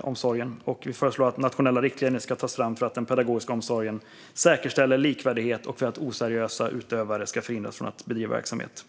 omsorgen och att nationella riktlinjer ska tas fram för den pedagogiska omsorgen för att säkerställa likvärdighet och för att oseriösa utövare ska hindras från att bedriva verksamhet.